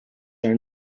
are